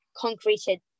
concreted